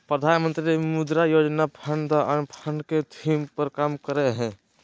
प्रधानमंत्री Mudra Yojana fund the unfunded के theme पर काम करय हइ